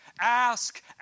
ask